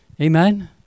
Amen